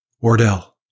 Wardell